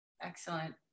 Excellent